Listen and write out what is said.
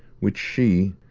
which she,